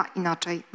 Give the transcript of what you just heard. inaczej